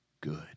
good